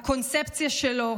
הקונספציה שלו,